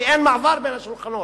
כי אין מעבר בין השולחנות,